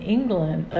England